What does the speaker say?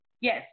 Yes